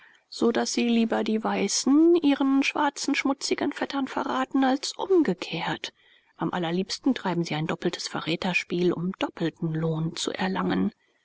so daß sie lieber die weißen ihren schwarzen schmutzigen vettern verraten als umgekehrt am allerliebsten treiben sie ein doppeltes verräterspiel um doppelten lohn zu erlangen